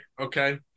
okay